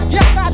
Yes